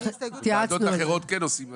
בוועדות אחרות כן עושים הצבעה.